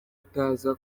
kutaza